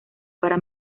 para